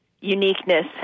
uniqueness